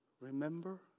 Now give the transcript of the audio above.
remember